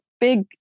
big